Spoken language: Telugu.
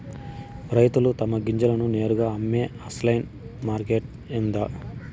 రైతులు తమ గింజలను నేరుగా అమ్మే ఆన్లైన్ మార్కెట్ ఉందా?